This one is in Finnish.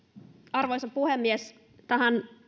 arvoisa puhemies tähän